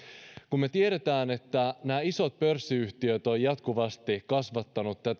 kun me tiedämme että nämä isot pörssiyhtiöt ovat jatkuvasti kasvattaneet